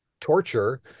torture